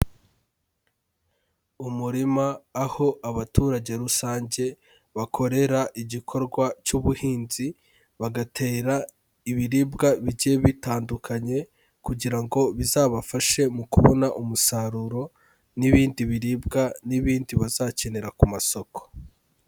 Umurima aho abaturage rusange bakorera igikorwa cy'ubuhinzi, bagatera ibiribwa bigiye bitandukanye kugira ngo bizabafashe mu kubona umusaruro n'ibindi biribwa n'ibindi bazakenera ku masoko.